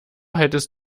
hättest